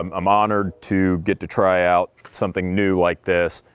um i'm honored to get to try out something new like this.